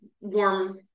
warm